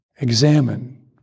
examine